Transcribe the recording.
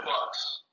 Bucks